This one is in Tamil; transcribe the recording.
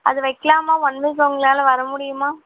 அது வைக்கலாமா ஒன் வீக் உங்களால் வரமுடியுமா